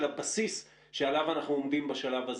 הבסיס שעליו אנחנו עומדים בשלב הזה?